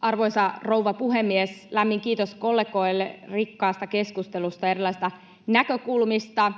Arvoisa rouva puhemies! Lämmin kiitos kollegoille rikkaasta keskustelusta ja erilaisista näkökulmista.